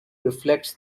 reflects